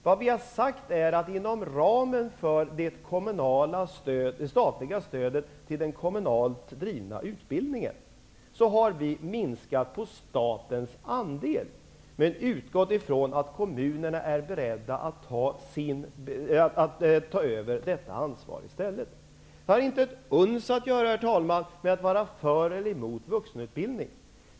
Vad vi har sagt är att vi inom ramen för det statliga stödet till den kommunalt drivna utbildningen har minskat statens andel. Men vi har utgått från att kommunerna är beredda att ta över ansvaret. Det handlar inte ett uns, herr talman, om att vara för eller emot vuxenutbildning.